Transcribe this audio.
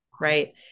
right